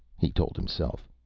he told himself.